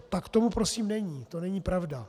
Tak tomu prosím není, to není pravda.